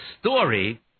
story